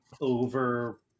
over